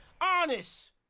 honest